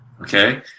Okay